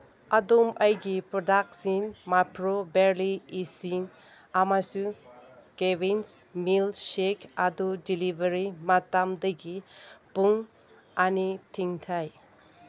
ꯑꯗꯣꯝ ꯑꯩꯒꯤ ꯄ꯭ꯔꯗꯛꯁꯤꯡ ꯃꯥꯄ꯭ꯔꯣ ꯕꯦꯔꯂꯤ ꯏꯁꯤꯡ ꯑꯃꯁꯨꯡ ꯀꯦꯚꯤꯟꯁ ꯃꯤꯜꯁꯦꯛ ꯑꯗꯨ ꯗꯤꯂꯤꯚꯔꯤ ꯃꯇꯝꯗꯒꯤ ꯄꯨꯡ ꯑꯅꯤ ꯊꯦꯡꯊꯩ